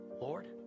lord